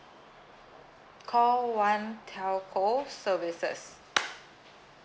call one telco services